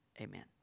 Amen